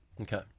Okay